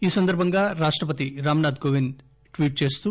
ఈ సందర్బంగా రాష్టపతి రాంనాథ్ కోవింద్ ట్వీట్ చేస్తూ